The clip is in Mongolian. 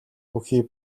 бүхий